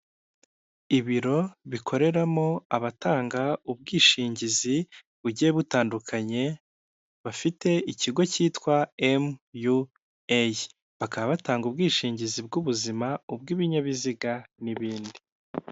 Ibiro bikoreramo abatanga ubwishingizi bugiye butandukanye bafite ikigo cyitwa MUA, bakaba batanga ubwishingizi bw'ubuzima ubw'ibinyabiziga n'ibindi.